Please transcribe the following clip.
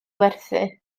werthu